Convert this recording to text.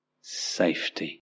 safety